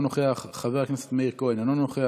אינו נוכח,